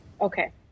Okay